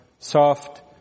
Soft